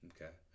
Okay